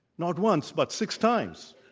not once, but six times.